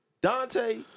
Dante